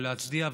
להצדיע,